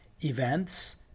events